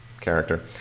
character